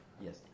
Yes